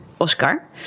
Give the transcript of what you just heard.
Oscar